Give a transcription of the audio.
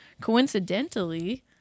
coincidentally